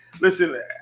listen